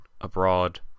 abroad